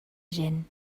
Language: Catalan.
gent